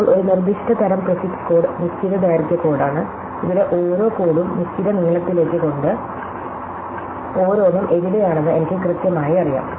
ഇപ്പോൾ ഒരു നിർദ്ദിഷ്ട തരം പ്രിഫിക്സ് കോഡ് നിശ്ചിത ദൈർഘ്യ കോഡാണ് ഇവിടെ ഓരോ കോഡും നിശ്ചിത നീളത്തിലേക്കുള്ളത് കൊണ്ട് ഓരോന്നും എവിടെയാണെന്ന് എനിക്ക് കൃത്യമായി അറിയാം